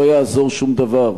לא יעזור שום דבר,